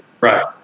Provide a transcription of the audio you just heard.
right